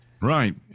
Right